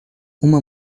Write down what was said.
uma